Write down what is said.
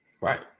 Right